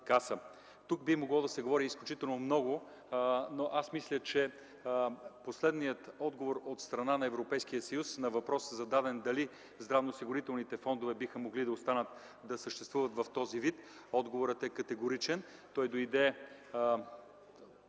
Тук би могло да се говори изключително много, но аз мисля, че последният отговор от страна на Европейския съюз на зададения въпроси дали здравноосигурителните фондове биха могли да останат да съществуват в този си вид, отговорът е категоричен. Той дойде